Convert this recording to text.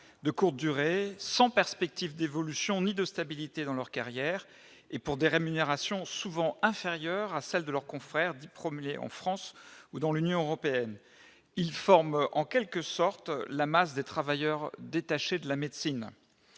de courte durée, sans perspectives d'évolution ni de stabilité dans leur carrière et pour des rémunérations souvent inférieures à celle de leurs confrères du 1er en France ou dans l'Union européenne, ils forment en quelque sorte la masse des travailleurs détachés de la médecine